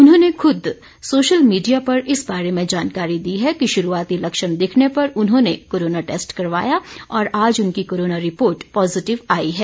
उन्होंने खुद social media पर इस बारे में जानकारी दी है कि शुरूआती लक्षण दिखने पर उन्होंने कोरोना टैस्ट करवाया और आज उनकी कोरोना रिपोर्ट पॉजिटिव आई है